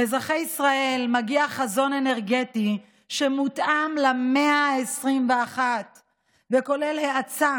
לאזרחי ישראל מגיע חזון אנרגטי שמותאם למאה ה-21 וכולל האצה